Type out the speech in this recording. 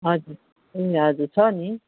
हजुर ए हजुर छ नि